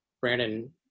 brandon